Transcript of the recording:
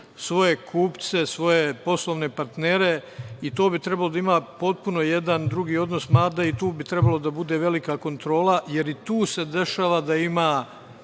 svoje kupce, svoje poslovne partnere i to bi trebalo da ima potpuno jedan drugi odnos, mada i tu bi trebalo da bude velika kontrola, jer i tu se dešava da ima